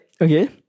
Okay